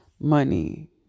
money